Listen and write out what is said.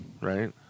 right